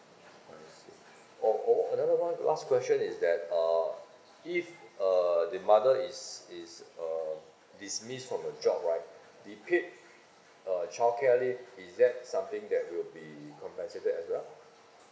I see oh oh another one last question is that uh if uh the mother is is uh dismissed from the job right the paid uh childcare leave is that something that we will be compensated as well